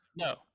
No